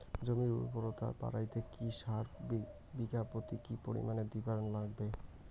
জমির উর্বরতা বাড়াইতে কি সার বিঘা প্রতি কি পরিমাণে দিবার লাগবে?